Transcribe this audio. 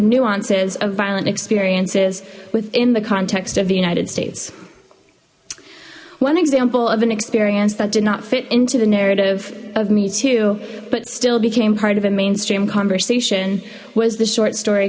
nuances of violent experiences within the context of the united states one example of an experience that did not fit into the narrative of me too but still became part of a mainstream conversation was the short story